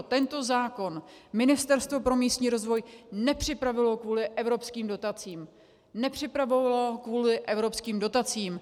Tento zákon Ministerstvo pro místní rozvoj nepřipravilo kvůli evropským dotacím, nepřipravovalo kvůli evropským dotacím.